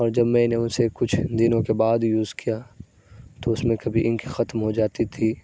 اور جب میں نے اسے کچھ دنوں کے بعد یوز کیا تو اس میں کبھی انک ختم ہو جاتی تھی